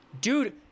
dude